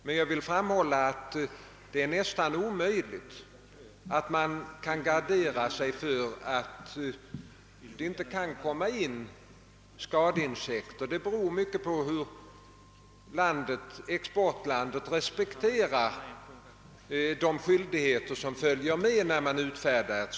Men jag vill framhålla att det är nästan omöjligt att gardera sig mot införsel av skadeinsekter. Om man skall slippa dem eller inte beror mycket på hur exportlandet respekterar de skyldigheter som följer med ett certifikat.